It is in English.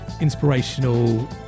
inspirational